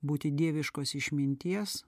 būti dieviškos išminties